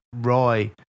Roy